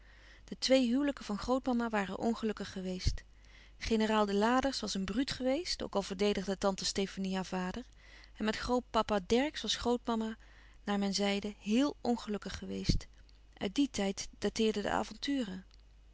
de twee huwelijken van grootmama waren ongelukkig geweest generaal de laders was een bruut geweest ook al verdedigde tante stefanie haar vader met grootpapa dercksz was grootmama naar men zeide héel ongelukkig geweest uit dien tijd dateerden de avonturen